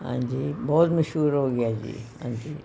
ਹਾਂਜੀ ਬਹੁਤ ਮਸ਼ਹੂਰ ਹੋ ਗਿਆ ਜੀ ਹਾਂਜੀ